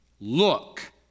look